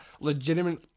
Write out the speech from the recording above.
legitimate